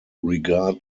regard